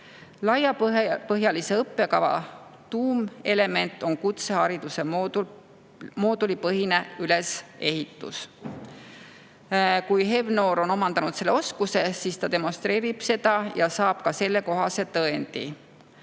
Laiapõhjalise õppekava tuumelement on kutsehariduse moodulipõhine ülesehitus. Kui HEV-noor on omandanud oskuse, siis ta demonstreerib seda ja saab ka sellekohase tõendi.